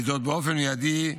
וזאת באופן מיידי,